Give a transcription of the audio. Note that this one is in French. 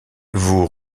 vous